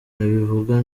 ntabivuga